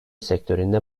sektöründe